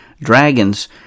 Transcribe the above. dragons